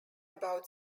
about